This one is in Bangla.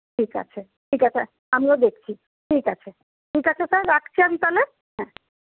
ঠিক আছে ঠিক আছে আমিও দেখছি ঠিক আছে ঠিক আছে স্যার রাখছি আমি তাহলে হ্যাঁ হুম